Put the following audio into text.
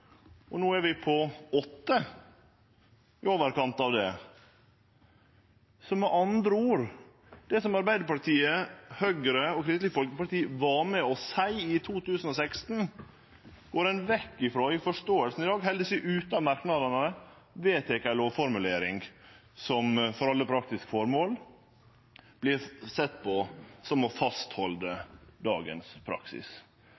og no er vi på i overkant av åtte. Med andre ord går ein i dag vekk frå forståinga i det som Arbeidarpartiet, Høgre og Kristeleg Folkeparti var med på å seie i 2016. Ein held seg ute av merknadene og vedtek ei lovformulering som for alle praktiske føremål vert sett på som å